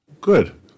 Good